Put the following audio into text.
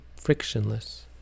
frictionless